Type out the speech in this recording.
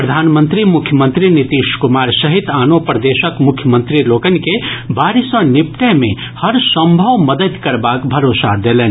प्रधानमंत्री मुख्यमंत्री नीतीश कुमार सहित आनो प्रदेशक मुख्यमंत्री लोकनि के बाढ़ि सॅ निपटय मे हरसंभव मददि करबाक भरोसा देलनि